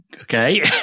Okay